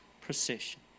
procession